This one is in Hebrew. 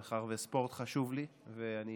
מאחר שספורט חשוב לי, ואני